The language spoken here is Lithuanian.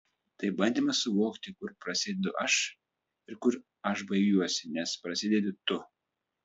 tai bandymas suvokti kur prasidedu aš ir kur aš baigiuosi nes prasidedi tu